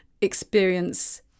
experience